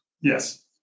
Yes